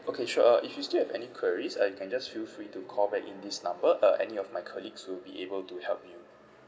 okay sure uh if you still have any queries uh you can just feel free to call back in this number uh any of my colleagues will be able to help you